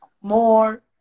more